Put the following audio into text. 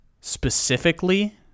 specifically